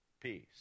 peace